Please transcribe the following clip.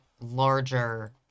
larger